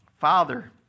Father